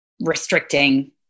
restricting